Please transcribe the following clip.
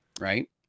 right